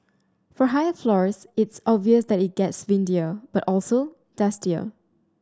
for high floors it's obvious that it gets windier but also dustier